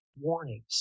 warnings